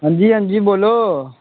अंजी अंजी बोल्लो